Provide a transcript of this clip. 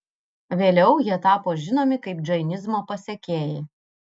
vėliau jie tapo žinomi kaip džainizmo pasekėjai